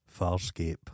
Farscape